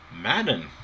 Madden